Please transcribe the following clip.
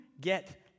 get